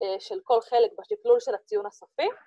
‫של כל חלק בשקלול של הציון הסופי.